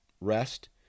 rest